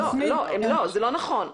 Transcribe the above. לא, לא, לא, זה לא נכון.